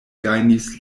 gajnis